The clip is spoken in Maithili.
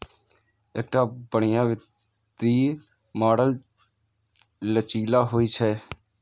एकटा बढ़िया वित्तीय मॉडल लचीला होइ छै